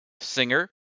singer